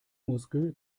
muskel